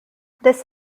this